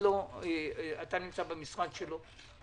אתה נמצא במשרד שלו.